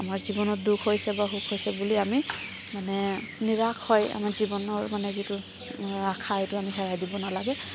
আমাৰ জীৱনত দুখ হৈছে বা সুখ হৈছে বুলি মানে নিৰাশ হৈ মানে আমাৰ জীৱনৰ যিটো আশা সেইটো আমি হেৰাই দিব নালাগে